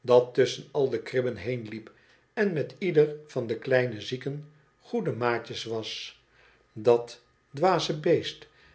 dat tusschen al de kribben heen liep en met ieder van de kleine zieken goede maatjes was dat dwaze beest